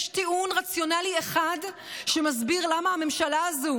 יש טיעון רציונלי אחד שמסביר למה הממשלה הזו